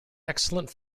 excellent